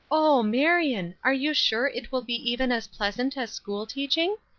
oh, marion! are you sure it will be even as pleasant as school teaching?